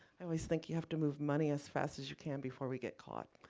i always think you have to move money as fast as you can before we get caught.